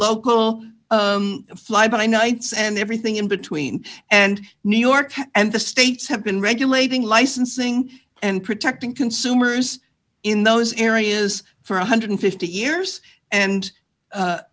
local fly by nights and everything in between and new york and the states have been regulating licensing and protecting consumers in those areas for one hundred and fifty years and